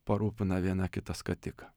parūpina vieną kitą skatiką